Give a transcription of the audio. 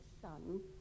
son